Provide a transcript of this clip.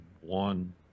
one